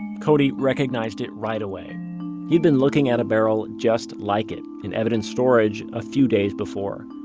cody recognized it right away. he had been looking at barrel just like it in evidence storage a few days before.